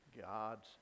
God's